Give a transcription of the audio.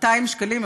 200 שקלים,